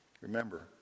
Remember